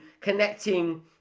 connecting